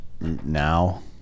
Now